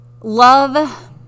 Love